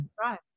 right